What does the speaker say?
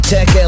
Tech